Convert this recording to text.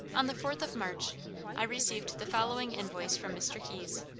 on the fourth of march i received the following invoice from mr. keyes